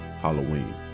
Halloween